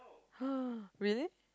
really